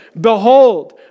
Behold